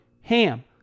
HAM